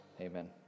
Amen